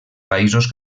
països